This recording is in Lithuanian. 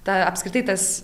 ta apskritai tas